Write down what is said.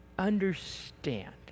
Understand